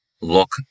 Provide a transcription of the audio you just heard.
look